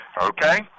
okay